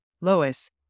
Lois